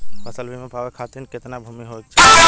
फ़सल बीमा पावे खाती कितना भूमि होवे के चाही?